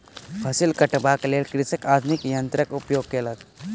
फसिल कटबाक लेल कृषक आधुनिक यन्त्रक उपयोग केलक